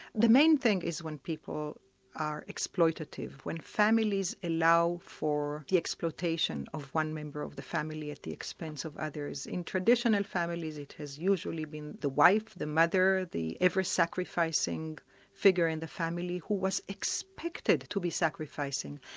the main thing is when people are exploitative, when families allow for the exploitation of one member of the family at the expense of others. in traditional families it has usually been the wife, the mother the ever-sacrificing figure in the family, who was expected to be sacrificing.